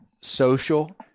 Social